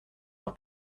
leur